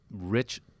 rich